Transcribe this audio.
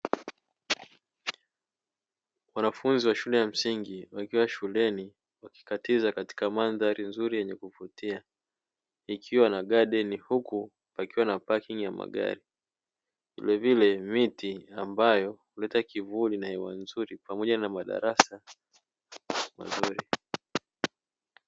Wanafunzi wa shule ya msingi wakiwa shuleni wakikatiza katika mandhari nzuri yenye kuvutia ikiwa na gadeni, huku pakiwa na pakingi ya magari vilevile miti ambayo huleta kivuli pamoja na hewa nzuri pamoja na madarasa mazuri.